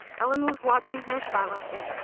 ellen was watching her silently.